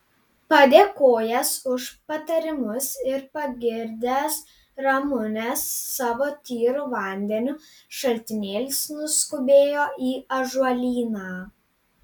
padėkojęs už patarimus ir pagirdęs ramunes savo tyru vandeniu šaltinėlis nuskubėjo į ąžuolyną